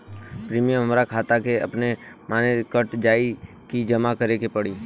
Premium हमरा खाता से अपने माने कट जाई की जमा करे के पड़ी?